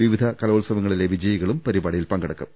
വിവിധ കലോത്സവങ്ങളിലെ വിജയികളും പരിപാടിയിൽ പങ്കെടുക്കും